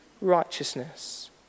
righteousness